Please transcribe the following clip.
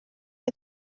que